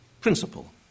principle